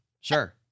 Sure